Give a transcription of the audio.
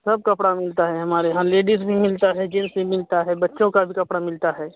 सब कपड़ा मिलता है हमारे यहाँ लेडीज भी मिलता है जेन्स भी मिलता है बच्चों का भी कपड़ा मिलता है